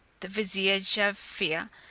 the vizier jaaffier,